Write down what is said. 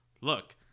look